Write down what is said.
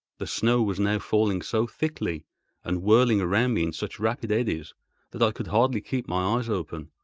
the snow was now falling so thickly and whirling around me in such rapid eddies that i could hardly keep my eyes open.